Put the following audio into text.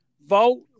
Vote